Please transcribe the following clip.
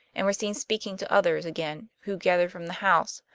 and were seen speaking to others again who gathered from the house